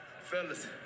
Fellas